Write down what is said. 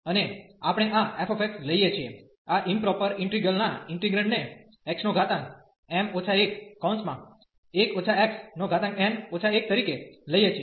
અને આપણે આ f લઈએ છીએ આ ઈમપ્રોપર ઈન્ટિગ્રલ ના ઇન્ટિગ્રેન્ડ ને xm 11 xn 1 તરીકે લઈએ છીએ